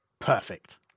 Perfect